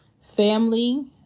Family